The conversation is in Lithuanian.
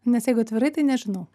nes jeigu atvirai tai nežinau